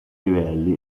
livelli